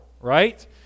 right